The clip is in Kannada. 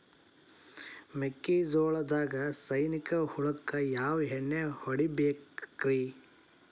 ಮೆಕ್ಕಿಜೋಳದಾಗ ಸೈನಿಕ ಹುಳಕ್ಕ ಯಾವ ಎಣ್ಣಿ ಹೊಡಿಬೇಕ್ರೇ?